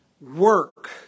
work